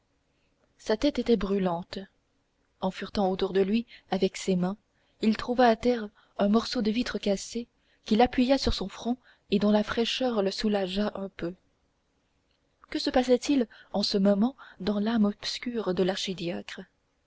sa tête était brûlante en furetant autour de lui avec ses mains il trouva à terre un morceau de vitre cassée qu'il appuya sur son front et dont la fraîcheur le soulagea un peu que se passait-il en ce moment dans l'âme obscure de